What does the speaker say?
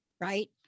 Right